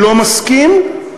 לא מסכים,